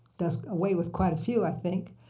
does away with quite a few, i think.